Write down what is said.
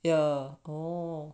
yeah oh